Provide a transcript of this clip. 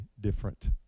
different